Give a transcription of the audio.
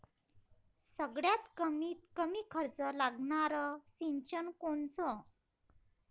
सगळ्यात कमीत कमी खर्च लागनारं सिंचन कोनचं?